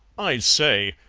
i say,